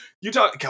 Utah